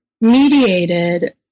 mediated